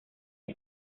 que